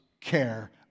care